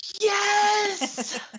Yes